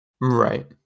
Right